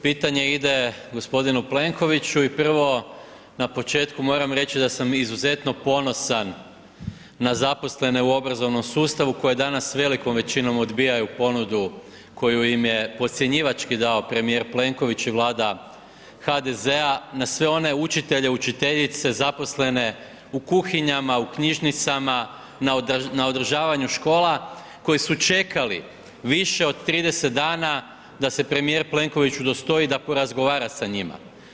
Pitanje ide g. Plenkoviću i prvo na početku moram reći da sam izuzetno ponosan na zaposlene u obrazovnom sustavu koji danas velikom većinom odbijaju ponudu koju im je podcjenjivački dao premijer Plenković i Vlada HDZ-a na sve one učitelje, učiteljice zaposlene u kuhinjama, u knjižnicama, na održavanju škola koji su čekali više od 30 dana da se premijer Plenković udostoji da porazgovara sa njima.